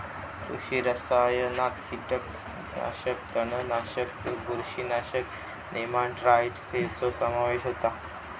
कृषी रसायनात कीटकनाशका, तणनाशका, बुरशीनाशका, नेमाटाइड्स ह्यांचो समावेश होता